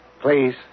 please